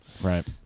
Right